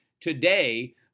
today